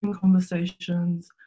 conversations